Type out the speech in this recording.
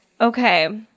Okay